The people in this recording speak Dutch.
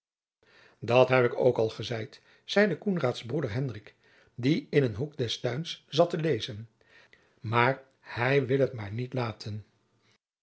dat heb ik ook al gezeid zeide koenraads broeder hendrik die in een hoek des tuins zat te lezen maar hij wil het maar niet laten